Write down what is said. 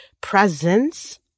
presence